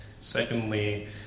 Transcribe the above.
secondly